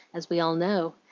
as we all know.